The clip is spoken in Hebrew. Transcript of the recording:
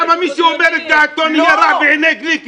למה מי שאומר את דעתו נהיה רע בעיני גליק,